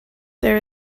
there